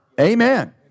Amen